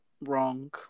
wrong